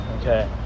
okay